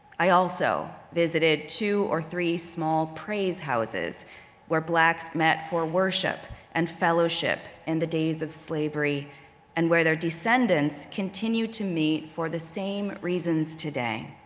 i also visited two or three small praise houses where blacks met for worship and fellowship in the days of slavery and where their descendants continue to meet for the same reasons today.